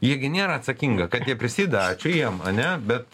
ji gi nėra atsakinga kad jie prisideda ačiū jiem ane bet